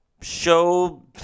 show